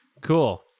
Cool